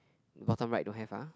bottom right don't have ah